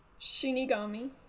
Shinigami